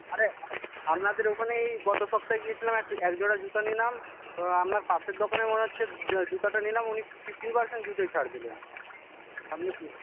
আরে আপনাদের ওইখানেই গত সপ্তাহে গিয়েছিলাম এক এক জোড়া জুতো নিলাম তো আপনার পাশের দোকানে মনে হচ্ছে জুতোটা নিলাম উনি ফিফটিন পার্সেন্ট জুতোয় ছাড় দিলেন আপনি